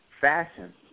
fashion